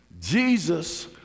Jesus